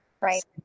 Right